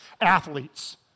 athletes